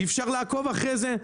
אי אפשר לעקוב אחרי זה?